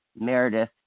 Meredith